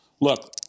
Look